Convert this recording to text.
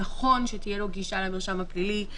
נכון שתהיה לו גישה למרשם הפלילי.